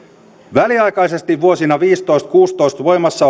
väliaikaisesti vuosina viisitoista viiva kuusitoista voimassa